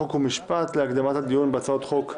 חוק ומשפט להקדמת הדיון בהצעות החוק.